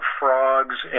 frogs